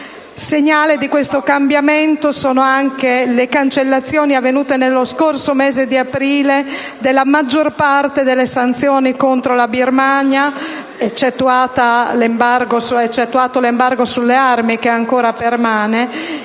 Segnali di questo cambiamento sono anche le cancellazioni avvenute nello scorso mese di aprile della maggior parte delle sanzioni contro la Birmania, eccettuato l'embargo sulle armi, che ancora permane,